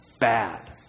bad